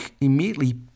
immediately